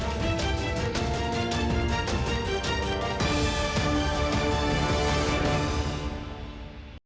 Дякую.